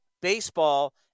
baseball